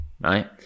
right